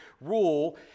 rule